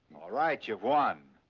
all right, you've won.